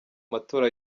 matora